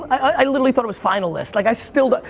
i literally thought it was finalist. like i still don't.